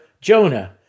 Jonah